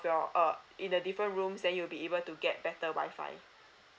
your uh in the different rooms then you'll be able to get better WI-FI